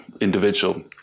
individual